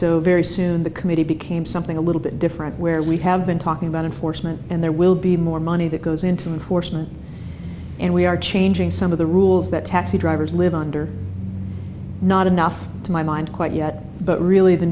so very soon the committee became something a little bit different where we have been talking about enforcement and there will be more money that goes into enforcement and we are changing some of the rules that taxi drivers live under not enough to my mind quite yet but really the